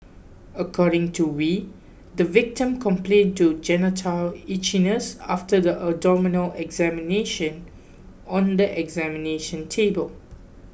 according to Wee the victim complained to genital itchiness after the abdominal examination on the examination table